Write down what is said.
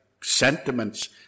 sentiments